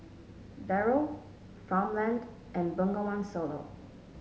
Barrel Farmland and Bengawan Solo